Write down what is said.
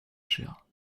chers